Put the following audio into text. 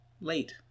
late